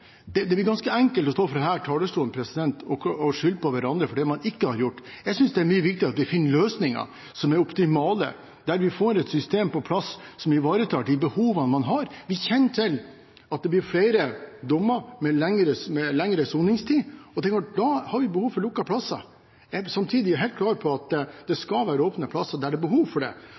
med. Det er ganske enkelt å stå på denne talerstolen og skylde på hverandre for det man ikke har gjort. Jeg synes det er mye viktigere at vi finner løsninger som er optimale, der vi får et system på plass som ivaretar de behovene man har. Vi kjenner til at det blir flere dommer med lengre soningstid. Da har vi behov for lukkede plasser. Samtidig er jeg helt klar på at det skal være åpne plasser der det er behov for det.